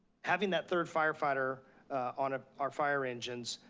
having that third firefighter on ah our fire engines,